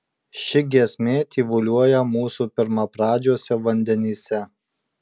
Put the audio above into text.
ši giesmė tyvuliuoja mūsų pirmapradžiuose vandenyse